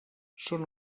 són